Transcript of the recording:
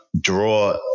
draw